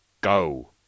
Go